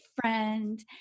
friend